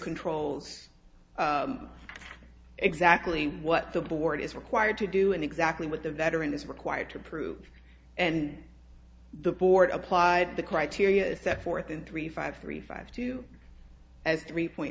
controls exactly what the board is required to do and exactly what the veteran that's required to prove and the board applied the criteria set forth in three five three five two as three point